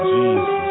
Jesus